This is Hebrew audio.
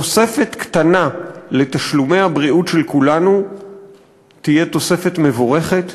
תוספת קטנה לתשלומי הבריאות של כולנו תהיה תוספת מבורכת.